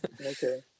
Okay